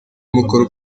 mukoro